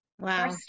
Wow